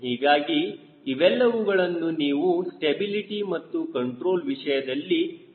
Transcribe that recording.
ಹೀಗಾಗಿ ಇವೆಲ್ಲವುಗಳನ್ನು ನೀವು ಸ್ಟೆಬಿಲಿಟಿ ಮತ್ತು ಕಂಟ್ರೋಲ್ ವಿಷಯದಲ್ಲಿ ಕಲಿತಿದ್ದೀರಾ